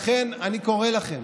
לכן, אני קורא לכם,